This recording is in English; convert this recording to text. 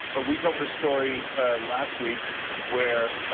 ah we covered a story last week where